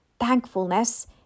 thankfulness